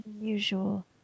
unusual